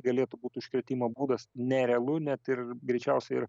galėtų būt užkrėtimo būdas nerealu net ir greičiausiai ir